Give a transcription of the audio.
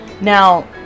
Now